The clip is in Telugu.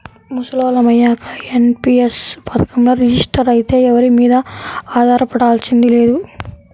ముసలోళ్ళం అయ్యాక ఎన్.పి.యస్ పథకంలో రిజిస్టర్ అయితే ఎవరి మీదా ఆధారపడాల్సింది లేదు